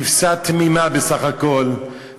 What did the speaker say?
כבשה תמימה בסך הכול,